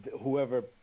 whoever